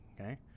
okay